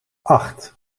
acht